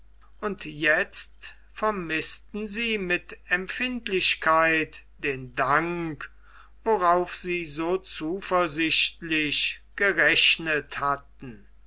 und jetzt vermißten sie mit empfindlichkeit den dank worauf sie so zuversichtlich gerechnet hatten